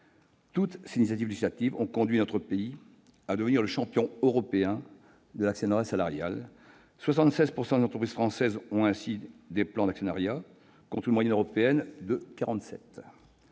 Toutes ces initiatives législatives ont conduit notre pays à devenir le champion européen de l'actionnariat salarial. Ainsi, 76 % des entreprises françaises ont des plans d'actionnariat, contre une moyenne européenne de